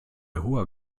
hoher